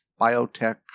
biotech